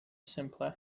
simpler